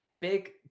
Big